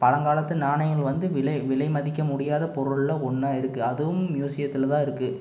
பழங்காலத்து நாணயங்கள் வந்து விலை விலைமதிக்க முடியாத பொருள்ல ஒன்றா இருக்குது அதுவும் மியூசியத்தில்தான் இருக்குது